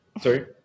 Sorry